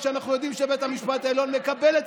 כשאנחנו יודעים שבית המשפט העליון מקבל את